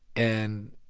and